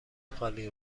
قالی